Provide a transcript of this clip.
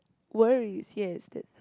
worries yes that